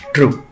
True